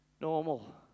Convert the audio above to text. normal